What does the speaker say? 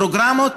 פרוגרמות,